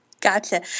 Gotcha